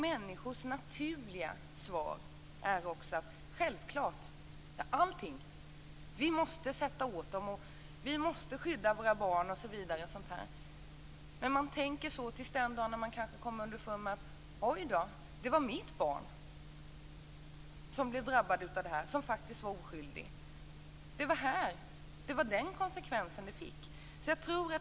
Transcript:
Människors naturliga svar är: Självklart, gör allting, vi måste sätta åt dem. Vi måste skydda våra barn. Man tänker så till den dag då man kanske kommer underfund med att ens eget barn, som faktiskt var oskyldigt, har drabbats. Det var den konsekvensen det fick.